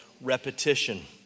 repetition